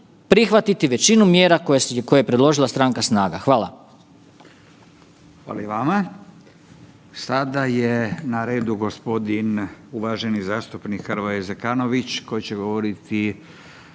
prihvatiti većinu mjera koje je predložila stranka SNAGA. Hvala.